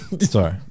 Sorry